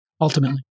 ultimately